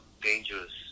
dangerous